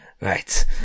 Right